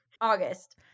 August